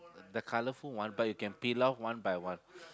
the colourful one but you can peel off one by one